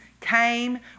came